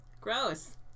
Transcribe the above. Gross